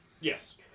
Yes